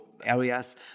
areas